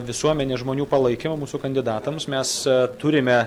visuomenės žmonių palaikymą mūsų kandidatams mes turime